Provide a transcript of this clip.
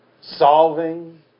solving